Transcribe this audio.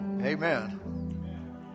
Amen